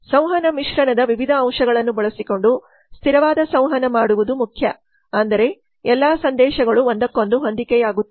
ಸಂವಹನ ಮಿಶ್ರಣದ ವಿವಿಧ ಅಂಶಗಳನ್ನು ಬಳಸಿಕೊಂಡು ಸ್ಥಿರವಾದ ಸಂವಹನ ಮಾಡುವುದು ಮುಖ್ಯ ಅಂದರೆ ಎಲ್ಲಾ ಸಂದೇಶಗಳು ಒಂದಕ್ಕೊಂದು ಹೊಂದಿಕೆಯಾಗುತ್ತವೆ